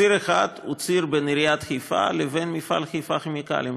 ציר אחד הוא בין עיריית חיפה ובין מפעל חיפה כימיקלים,